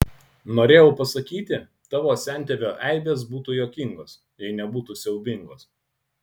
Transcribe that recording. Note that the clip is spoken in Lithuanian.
norėjau pasakyti tavo sentėvio eibės būtų juokingos jei nebūtų siaubingos